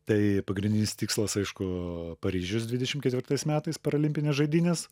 tai pagrindinis tikslas aišku paryžius dvidešim ketvirtais metais paralimpinės žaidynės